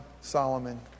Solomon